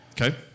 Okay